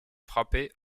frappées